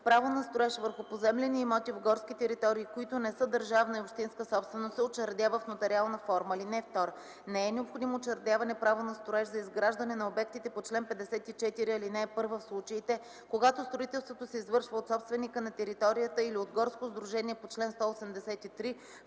Право на строеж върху поземлени имоти в горски територии, които не са държавна и общинска собственост, се учредява в нотариална форма. (2) Не е необходимо учредяване право на строеж за изграждане на обектите по чл. 54, ал. 1 в случаите, когато строителството се извършва от собственика на територията или от горско сдружение по чл. 183,